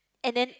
and then